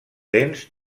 dents